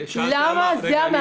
למה זה המאבק?